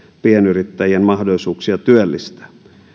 pienyrittäjien mahdollisuuksia työllistää